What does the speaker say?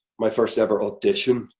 my first ever audition,